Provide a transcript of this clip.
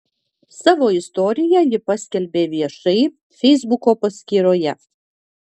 savo istoriją ji paskelbė viešai feisbuko paskyroje